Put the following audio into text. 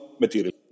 material